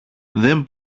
δεν